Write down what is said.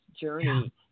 journey